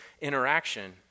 interaction